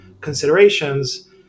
considerations